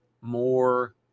more